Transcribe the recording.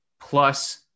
plus